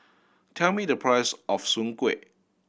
tell me the price of soon kway